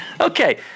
Okay